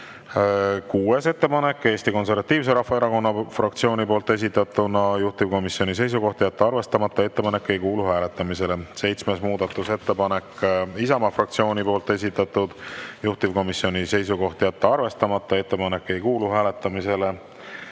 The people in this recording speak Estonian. ettepanek on Eesti Konservatiivse Rahvaerakonna fraktsiooni esitatud. Juhtivkomisjoni seisukoht on jätta arvestamata ja ettepanek ei kuulu hääletamisele. Seitsmes muudatusettepanek, Isamaa fraktsiooni esitatud, juhtivkomisjoni seisukoht on jätta arvestamata ja ettepanek ei kuulu hääletamisele.